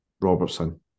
Robertson